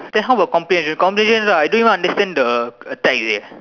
then how about comprehension comprehension ah I don't even understand the text eh